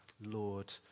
Lord